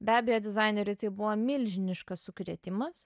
be abejo dizaineriui tai buvo milžiniškas sukrėtimas